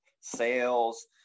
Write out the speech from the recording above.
Sales